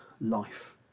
life